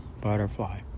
butterfly